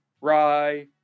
rye